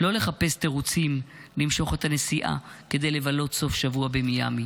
לא לחפש תירוצים למשוך את הנסיעה כדי לבלות סוף שבוע במיאמי.